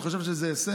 את חושבת שזה הישג?